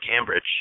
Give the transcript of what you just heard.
Cambridge